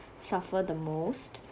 suffer the most